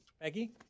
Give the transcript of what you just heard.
Peggy